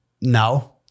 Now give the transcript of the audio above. No